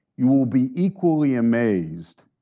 you will will be equally amazed